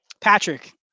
Patrick